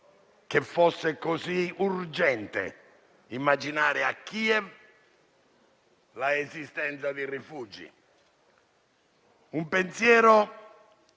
fosse così urgente immaginare a Kiev l'esistenza di rifugi. Un pensiero